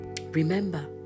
Remember